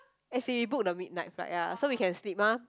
as in book the midnight fight ya so we can sleep mah